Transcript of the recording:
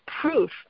proof